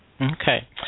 Okay